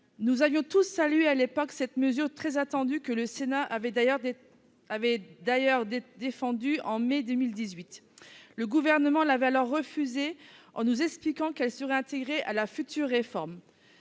Nous avions tous salué, à l'époque, cette mesure très attendue, que le Sénat avait d'ailleurs défendue en mai 2018. Le Gouvernement l'avait alors refusée, en nous expliquant qu'elle serait intégrée à la future réforme.